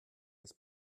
des